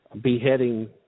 beheading